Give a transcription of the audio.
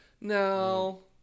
No